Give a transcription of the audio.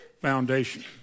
foundation